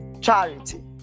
charity